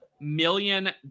million